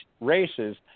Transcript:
races